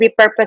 repurpose